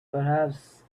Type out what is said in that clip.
perhaps